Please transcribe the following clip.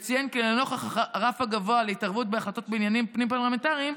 "וציין כי לנוכח הרף הגבוה להתערבות בהחלטות בעניינים פנים-פרלמנטריים,